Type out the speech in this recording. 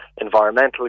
environmental